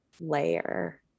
layer